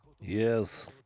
Yes